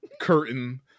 curtain